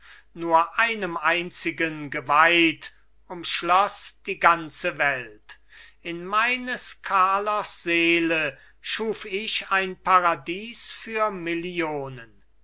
nur einem einzigen geweiht umschloß die ganze welt in meines carlos seele schuf ich ein paradies für millionen